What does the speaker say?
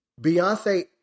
Beyonce